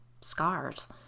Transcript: scars